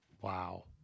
Wow